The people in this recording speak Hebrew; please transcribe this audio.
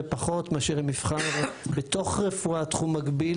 פחות מאשר אם יבחר בתוך רפואה תחום מקביל,